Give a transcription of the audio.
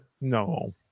No